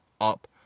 up